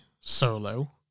Solo